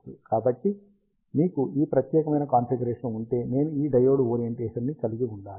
కాబట్టి మీకు ఈ ప్రత్యేకమైన కాన్ఫిగరేషన్ ఉంటే నేను ఈ డయోడ్ ఓరియంటేషణ్ ని కలిగి ఉండాలి